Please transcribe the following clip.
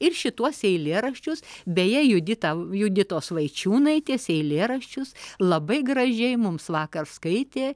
ir šituos eilėraščius beje judita juditos vaičiūnaitės eilėraščius labai gražiai mums vakar skaitė